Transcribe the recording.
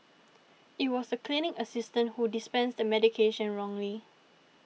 it was the clinic assistant who dispensed the medication wrongly